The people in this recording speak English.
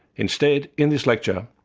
instead, in this lecture,